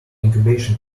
incubation